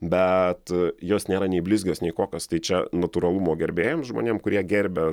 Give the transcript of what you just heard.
bet jos nėra nei blizgios nei kokios tai čia natūralumo gerbėjam žmonėm kurie gerbia